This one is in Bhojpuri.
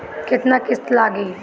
केतना किस्त लागी?